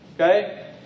Okay